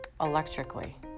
electrically